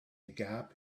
gap